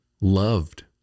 loved